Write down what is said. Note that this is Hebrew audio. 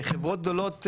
חברות גדולות,